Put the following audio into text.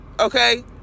okay